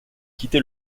quitté